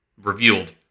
revealed